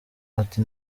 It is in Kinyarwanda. ati